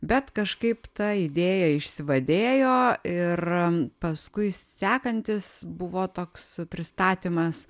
bet kažkaip ta idėja išsivadėjo ir paskui sekantis buvo toks pristatymas